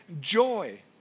joy